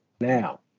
Now